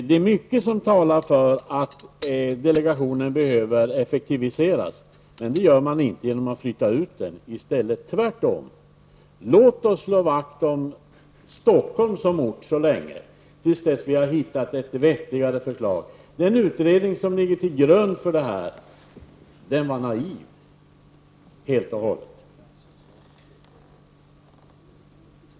Det är mycket som talar för att delegationen behöver effektiviseras. Men det gör man inte genom att flytta ut den. Låt oss tvärtom slå vakt om Stockholm som lokaliseringsort tills vi har hittat ett vettigare förslag. Den utredning som ligger till grund för utlokaliseringsförslaget är naiv.